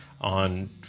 on